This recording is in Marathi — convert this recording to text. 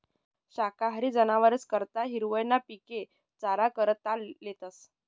शाकाहारी जनावरेस करता हिरवय ना पिके चारा करता लेतस